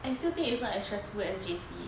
I still think it's not as stressful as J_C